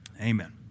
Amen